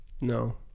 No